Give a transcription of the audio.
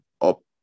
up